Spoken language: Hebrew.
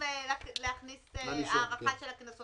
להכניס הארכה של הקנסות.